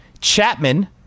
Chapman